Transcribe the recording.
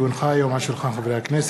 כי הונחה היום על שולחן הכנסת,